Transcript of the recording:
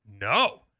no